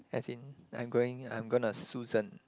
as in I'm going I'm gonna Susan